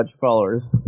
followers